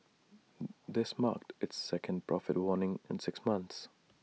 this marked its second profit warning in six months